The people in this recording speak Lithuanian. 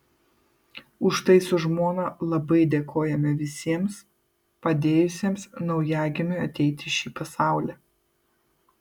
už tai su žmona labai dėkojame visiems padėjusiems naujagimiui ateiti į šį pasaulį